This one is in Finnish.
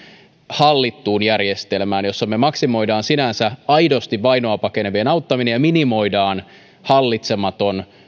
hallittuun järjestelmään jossa me maksimoimme sinänsä aidosti vainoa pakenevien auttamisen ja pystyä minimoimaan hallitsematon